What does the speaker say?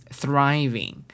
thriving